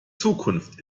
zukunft